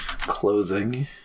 closing